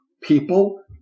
people –